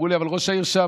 אמרו לי: אבל ראש העיר שם.